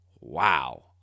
wow